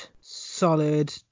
solid